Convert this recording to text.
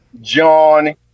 John